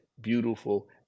beautiful